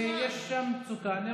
ויש שם מצוקה.